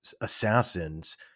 assassins